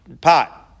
pot